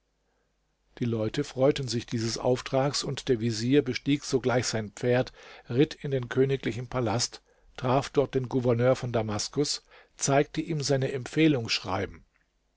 die leute freuten sich dieses auftrags und der vezier bestieg sogleich sein pferd ritt in den königlichen palast traf dort den gouverneur von damaskus zeigte ihm seine empfehlungsschreiben